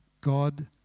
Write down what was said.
God